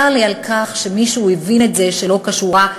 צר לי על כך שמישהו הבין את זה שלא כשורה,